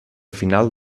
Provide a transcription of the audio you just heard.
finals